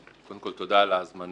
קודם כול, תודה על ההזמנה